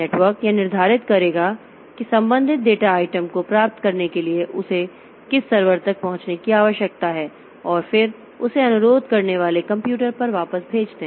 network यह निर्धारित करेगा कि संबंधित डेटा आइटम को प्राप्त करने के लिए उसे किस सर्वर तक पहुंचने की आवश्यकता है और फिर उसे अनुरोध करने वाले कंप्यूटर पर वापस भेज दें